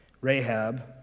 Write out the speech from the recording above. Rahab